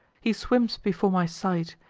he swims before my sight,